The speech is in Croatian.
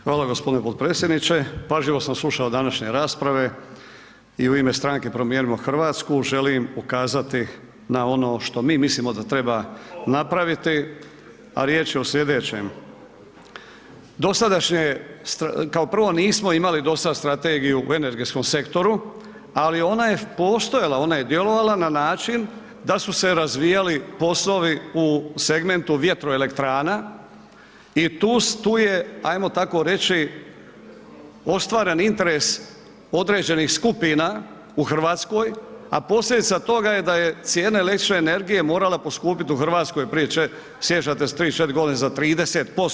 Hvala g. potpredsjedniče, pažljivo sam slušao današnje rasprave i u ime Stranke promijenimo Hrvatsku želim ukazati na ono što mi mislimo da treba napraviti, a riječ je o slijedećem, dosadašnje, kao prvo nismo imali do sad strategiju u energetskom sektoru, ali ona je postojala, ona je djelovala na način da su se razvijali poslovi u segmentu vjetroelektrana i tu je, ajmo tako reći, ostvaren interes određenih skupina u RH, a posljedica toga je da je cijene električne energije morala poskupit u RH prije, sjećate se 3-4.g. za 30%